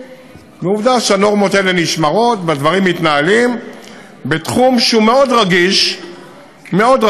ועובדה שהנורמות האלה נשמרות והדברים מתנהלים בתחום שהוא רגיש מאוד,